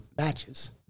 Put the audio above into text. matches